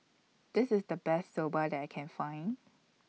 This IS The Best Soba that I Can Find